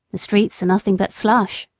the streets are nothing but slush,